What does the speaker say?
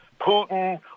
Putin